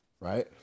right